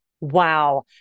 Wow